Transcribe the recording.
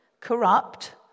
Corrupt